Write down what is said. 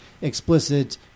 explicit